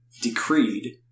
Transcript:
decreed